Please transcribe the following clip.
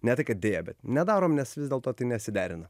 ne tai kad deja bet nedarom nes vis dėlto tai nesiderina